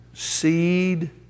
Seed